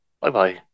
Bye-bye